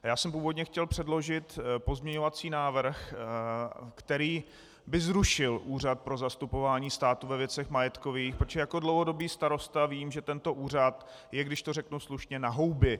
Já jsem původně chtěl předložit pozměňovací návrh, který by zrušil Úřad pro zastupování státu ve věcech majetkových, protože jako dlouhodobý starosta vím, že tento úřad je, když to řeknu slušně, na houby.